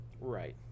Right